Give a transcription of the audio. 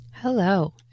Hello